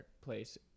place